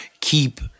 keep